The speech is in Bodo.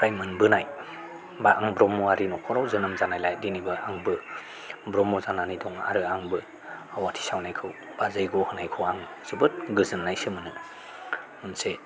आफानिफ्राय मोनबोनाय एबा आं ब्रह्मयारि न'खराव जोनोम जानायलाय दिनैबो आंबो ब्रह्म जानानै दं आरो आंबो आवाथि सावनायखौ एबा जैग' होनायखौ आं जोबोद गोजोननायसो मोनो मोनसे